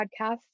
podcast